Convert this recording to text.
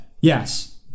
yes